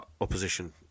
opposition